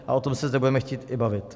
A o tom se zde budeme chtít i bavit.